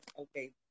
Okay